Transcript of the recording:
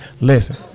Listen